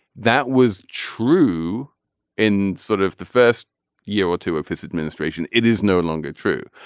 that was true in sort of the first year or two of his administration. it is no longer true.